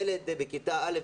ילד בכיתה א',